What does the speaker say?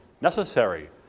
necessary